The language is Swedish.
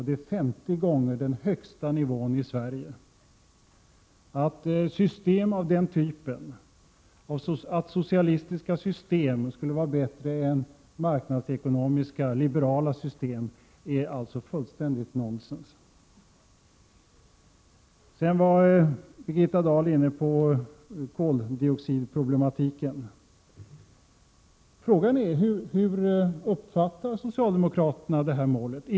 Det är 50 gånger den högsta nivån i Sverige. Att socialistiska system skulle vara bättre än marknadsekonomiska liberala system är således fullständigt felaktigt. Birgitta Dahl var inne på koldioxidproblematiken. Frågan är hur socialdemokraterna uppfattar detta mål.